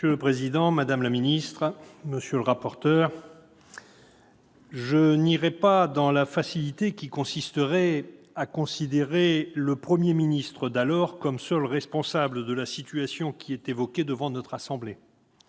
Monsieur le président, madame la ministre, monsieur le rapporteur, mes chers collègues, je n'aurai pas recours à la facilité qui consiste à considérer le Premier ministre d'alors comme seul responsable de la situation qui est évoquée devant notre assemblée